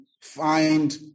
find